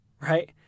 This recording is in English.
right